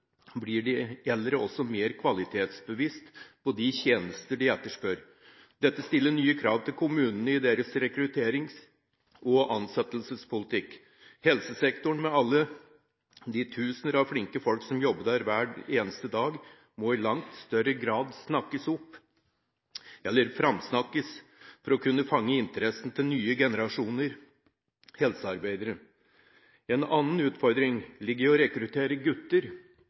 blir de eldre også mer kvalitetsbevisste på de tjenester de etterspør, og dette stiller nye krav til kommunene i deres rekrutterings- og ansettelsespolitikk. Helsesektoren – med alle de tusener av flinke folk som jobber der hver eneste dag – må i langt større grad snakkes opp, eller framsnakkes, for å kunne fange interessen til nye generasjoner helsearbeidere. En annen utfordring ligger i å rekruttere gutter